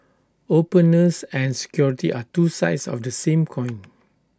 openness and security are two sides of the same coin